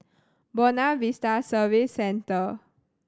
Buona Vista Service Centre